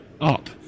up